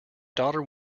daughter